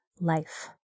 life